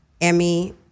Emmy